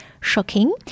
shocking